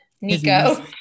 Nico